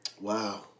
Wow